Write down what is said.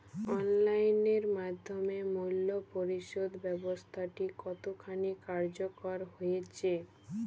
Online এর মাধ্যমে মূল্য পরিশোধ ব্যাবস্থাটি কতখানি কার্যকর হয়েচে?